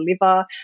liver